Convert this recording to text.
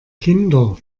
kinder